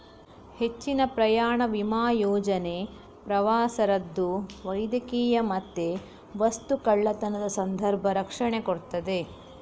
ಹೆಚ್ಚಿನ ಪ್ರಯಾಣ ವಿಮಾ ಯೋಜನೆ ಪ್ರವಾಸ ರದ್ದು, ವೈದ್ಯಕೀಯ ಮತ್ತೆ ವಸ್ತು ಕಳ್ಳತನದ ಸಂದರ್ಭ ರಕ್ಷಣೆ ಕೊಡ್ತದೆ